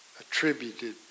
attributed